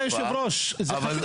כבוד היו"ר, זה חשוב.